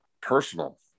personal